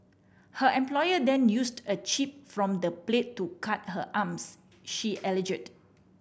her employer then used a chip from the plate to cut her arms she alleged